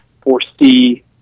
foresee